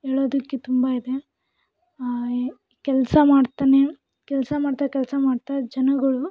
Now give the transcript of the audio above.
ಹೇಳೋದಿಕ್ಕೆ ತುಂಬ ಇದೆ ಎ ಕೆಲಸ ಮಾಡ್ತಾನೆ ಕೆಲಸ ಮಾಡ್ತಾ ಕೆಲಸ ಮಾಡ್ತಾ ಜನಗಳು